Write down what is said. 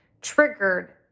triggered